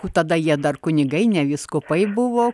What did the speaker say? tada jie dar kunigai ne vyskupai buvo